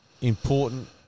important